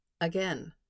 again